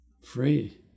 free